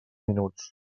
minuts